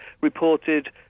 reported